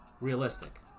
realistic